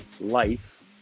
life